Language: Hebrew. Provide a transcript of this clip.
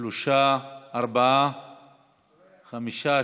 אין נמנעים ואין מתנגדים.